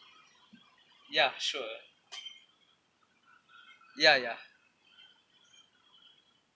ya sure ya ya